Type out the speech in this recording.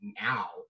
now